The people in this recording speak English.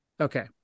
Okay